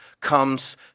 comes